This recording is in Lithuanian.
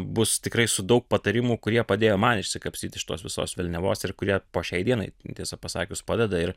bus tikrai su daug patarimų kurie padėjo man išsikapstyt iš tos visos velniavos ir kurie po šiai dienai tiesą pasakius padeda ir